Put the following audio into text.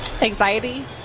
Anxiety